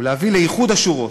הוא להביא לאיחוד השורות.